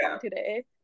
today